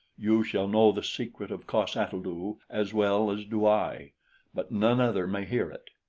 you shall know the secret of cos-ata-lu as well as do i but none other may hear it.